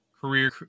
career